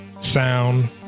sound